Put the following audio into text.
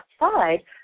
outside